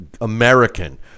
American